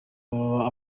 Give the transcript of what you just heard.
baba